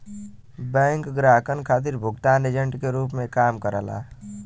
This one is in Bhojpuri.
बैंक ग्राहकन खातिर भुगतान एजेंट के रूप में काम करला